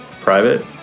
Private